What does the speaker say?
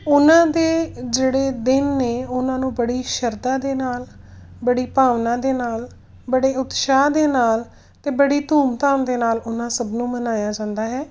ਉਹਨਾਂ ਦੇ ਜਿਹੜੇ ਦਿਨ ਨੇ ਉਹਨਾਂ ਨੂੰ ਬੜੀ ਸ਼ਰਧਾ ਦੇ ਨਾਲ ਬੜੀ ਭਾਵਨਾ ਦੇ ਨਾਲ ਬੜੇ ਉਤਸ਼ਾਹ ਦੇ ਨਾਲ ਅਤੇ ਬੜੀ ਧੂਮ ਧਾਮ ਦੇ ਨਾਲ ਉਹਨਾਂ ਸਭ ਨੂੰ ਮਨਾਇਆ ਜਾਂਦਾ ਹੈ